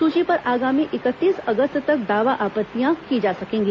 सूची पर आगामी इकतीस अगस्त तक दावा आपत्तियां की जा सकेंगी